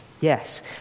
yes